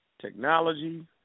technology